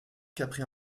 qu’après